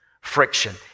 friction